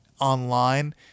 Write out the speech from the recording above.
online